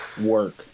work